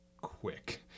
quick